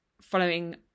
following